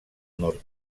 nord